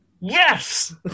Yes